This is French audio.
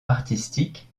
artistique